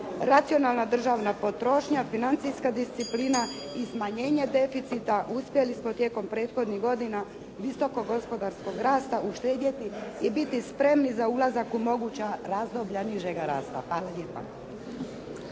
racionalna državna potrošnja, financijska disciplina i smanjenje deficita uspjeli smo tijekom prethodnih godina visokog gospodarskog rasta uštedjeti i biti spremni za ulazak u moguća razdoblja nižega rasta. Hvala lijepa.